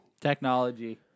Technology